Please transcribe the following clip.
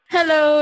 Hello